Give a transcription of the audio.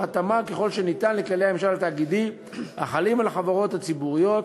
התאמה ככל שניתן לכללי הממשל התאגידי החלים על חברות ציבוריות